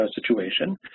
situation